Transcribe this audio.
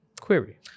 query